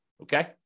okay